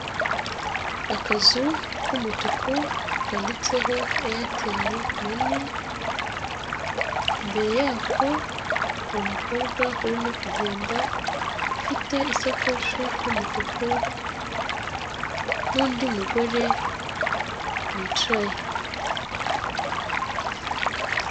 Akazu k'umutuku kanditseho Eyateli Mani, imbere yako hari umukobwa urimo kugenda ufite isakoshi y'umutuku n'undi mugore wicaye.